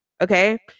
okay